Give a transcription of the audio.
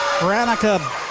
Veronica